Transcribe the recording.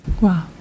Wow